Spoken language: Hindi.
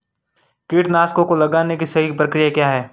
कीटनाशकों को लगाने की सही प्रक्रिया क्या है?